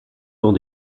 dans